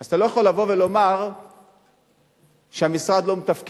אז אתה לא יכול לבוא ולומר שהמשרד לא מתפקד,